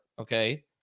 okay